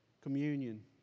communion